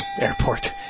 Airport